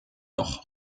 noch